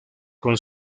con